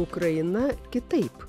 ukraina kitaip